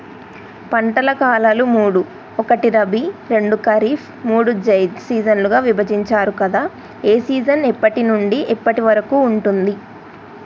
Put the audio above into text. పంటల కాలాలు మూడు ఒకటి రబీ రెండు ఖరీఫ్ మూడు జైద్ సీజన్లుగా విభజించారు కదా ఏ సీజన్ ఎప్పటి నుండి ఎప్పటి వరకు ఉంటుంది?